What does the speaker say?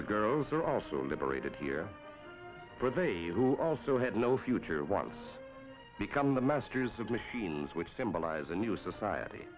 the girls are also liberated here who also had no future once become the masters of machines which symbolize a new society